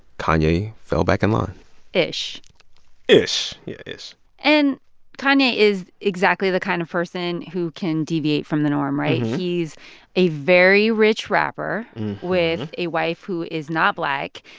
kanye fell back in line ish ish. yeah, ish and kanye is exactly the kind of person who can deviate from the norm, right? he's a very rich rapper with a wife who is not black,